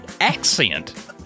accent